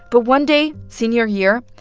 but one day senior year,